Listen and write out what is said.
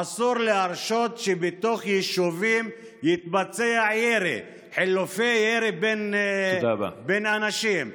אסור להרשות שבתוך יישובים יתבצעו ירי וחילופי ירי בין אנשים.